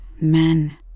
men